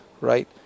right